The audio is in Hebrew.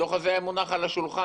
הדוח הזה היה מונח על השולחן.